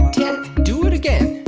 ten do it again